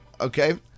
Okay